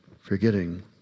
forgetting